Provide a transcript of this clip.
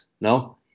no